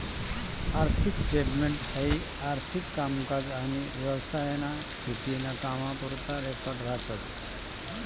आर्थिक स्टेटमेंट हाई आर्थिक कामकाज आनी व्यवसायाना स्थिती ना कामपुरता रेकॉर्ड राहतस